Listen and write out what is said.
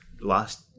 last